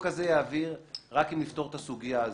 הזה אעביר רק אם נפתור את הסוגיה הזאת.